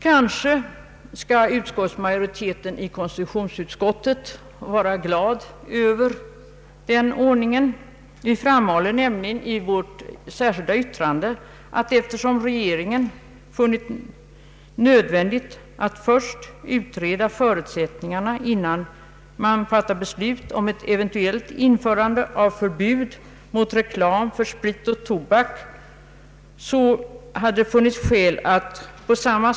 Kanske skall utskottsmajoriteten i konstitutionsutskottet vara glad över den ordningen. Vi framhåller nämligen i vårt särskilda yttrande, att eftersom regeringen funnit det nödvändigt att utreda förutsättningarna innan man fattar beslut om ett eventuellt införande av förbud mot reklam för sprit och tobak hade det funnits skäl att på samma Ang.